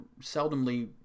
seldomly